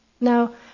Now